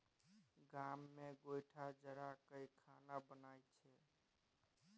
गाम मे गोयठा जरा कय खाना बनइ छै